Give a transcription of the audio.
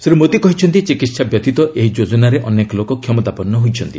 ଶ୍ରୀ ମୋଦି କହିଛନ୍ତି ଚିକିତ୍ସା ବ୍ୟତୀତ ଏହି ଯୋଜନାରେ ଅନେକ ଲୋକ କ୍ଷମତାପନ୍ନ ହୋଇଛନ୍ତି